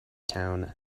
town